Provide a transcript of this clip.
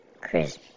Chris